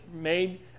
made